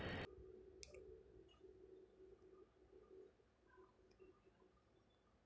నేను non banking service ద్వారా ఋణం పొందే అర్హత ఉందా?